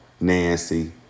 Nancy